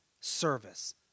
service